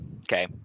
okay